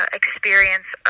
experience